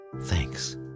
thanks